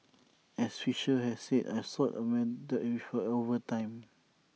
as Fisher had said I've sort of melded with her over time